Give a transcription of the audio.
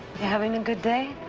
having a good day?